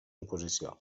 oposició